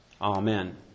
Amen